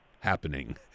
happening